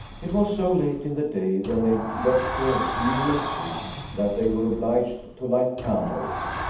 it was so late in the day when they got to newman-street, that they were obliged to light candles.